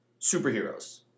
superheroes